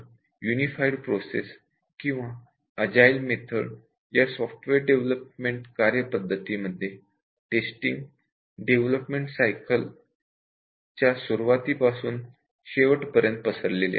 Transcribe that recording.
unified process किंवा agile method या software development methodology मध्ये टेस्टिंग डेव्हलपमेंट सायकल मध्ये सुरुवातीपासून शेवटपर्यंत असते